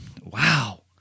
Wow